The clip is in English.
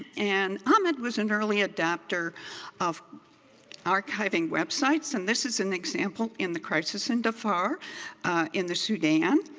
and ahmed was an early adapter of archiving websites. and this is an example in the crisis in darfur in the sudan.